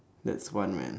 that's fun man